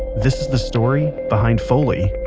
this is the story behind foley